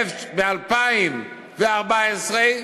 ב-2014,